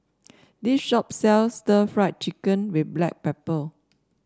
this shop sells stir Fry Chicken with Black Pepper